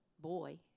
boy